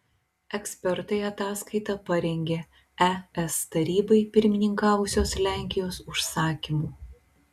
ekspertai ataskaitą parengė es tarybai pirmininkavusios lenkijos užsakymu